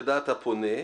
לדעת הפונה,